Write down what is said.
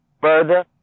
further